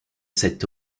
cette